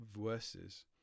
versus